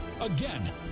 Again